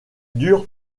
dure